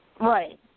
Right